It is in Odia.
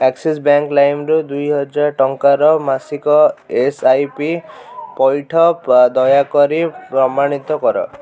ଆକ୍ସିସ୍ ବ୍ୟାଙ୍କ ଲାଇମ୍ରୁ ଦୁଇ ହଜାର ଟଙ୍କାର ମାସିକ ଏସ୍ ଆଇ ପି ପଇଠ ଦୟାକରି ପ୍ରମାଣିତ କର